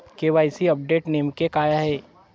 KYC update नेमके काय आहे?